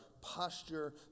posture